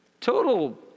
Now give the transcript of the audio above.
total